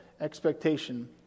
expectation